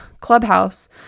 Clubhouse